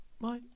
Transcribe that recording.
Bye